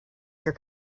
your